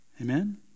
Amen